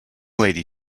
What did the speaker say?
lady